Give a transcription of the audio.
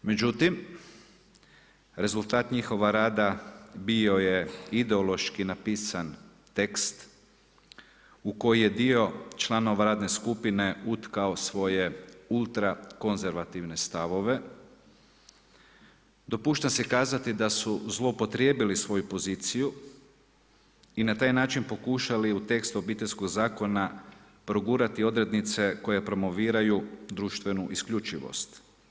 Međutim, rezultat njihova rada bio je ideološki napisan tekst u koji je dio članova radne skupine utkao svoje ultra konzervativne stavove dopuštam si kazati da su zloupotrijebili svoju poziciju i na taj način pokušali u tekstu Obiteljskog zakona progurati odrednice koje promoviraju društvenu isključivost.